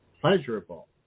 pleasurable